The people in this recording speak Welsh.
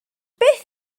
beth